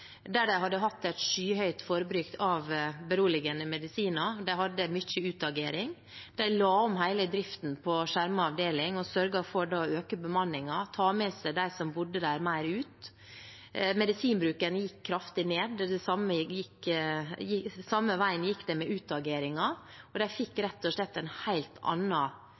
Der hadde de hatt et skyhøyt forbruk av beroligende medisiner. De hadde mye utagering. De la om hele driften på skjermet avdeling og sørget for å øke bemanningen og ta med seg dem som bodde der, mer ut. Medisinbruken gikk kraftig ned, og samme vei gikk det med utageringen. De fikk rett og slett en